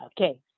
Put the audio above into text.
Okay